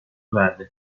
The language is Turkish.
verdi